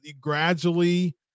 gradually